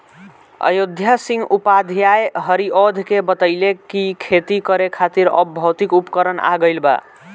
अयोध्या सिंह उपाध्याय हरिऔध के बतइले कि खेती करे खातिर अब भौतिक उपकरण आ गइल बा